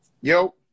Yo